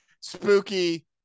spooky